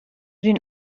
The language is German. den